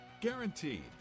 Guaranteed